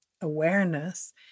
awareness